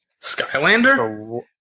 Skylander